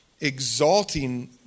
exalting